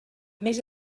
més